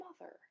mother